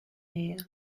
air